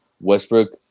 Westbrook